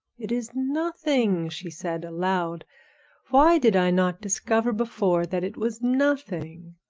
it is nothing, she said aloud why did i not discover before that it was nothing.